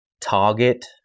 target